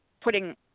putting